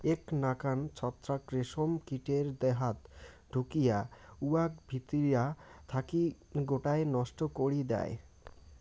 এ্যাক নাকান ছত্রাক রেশম কীটের দেহাত ঢুকিয়া উয়াক ভিতিরা থাকি গোটায় নষ্ট করি দ্যায়